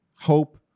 hope